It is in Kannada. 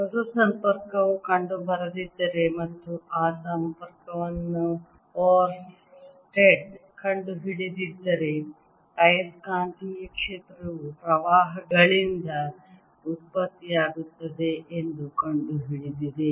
ಹೊಸ ಸಂಪರ್ಕವು ಕಂಡುಬರದಿದ್ದರೆ ಮತ್ತು ಆ ಸಂಪರ್ಕವನ್ನು ಓರ್ಸ್ಟೆಡ್ ಕಂಡುಹಿಡಿದಿದ್ದರೆ ಆಯಸ್ಕಾಂತೀಯ ಕ್ಷೇತ್ರವು ಪ್ರವಾಹಗಳಿಂದ ಉತ್ಪತ್ತಿಯಾಗುತ್ತದೆ ಎಂದು ಕಂಡುಹಿಡಿದಿದೆ